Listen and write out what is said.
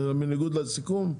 זה בניגוד לסיכום?